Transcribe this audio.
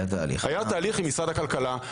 היה תהליך עם משרד הכלכלה,